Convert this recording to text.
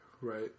Right